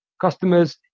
customers